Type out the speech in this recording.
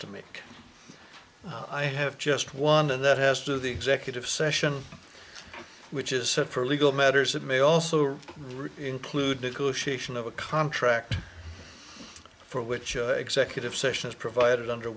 to make i have just one and that has to the executive session which is set for legal matters it may also include negotiation of a contract for which executive session is provided under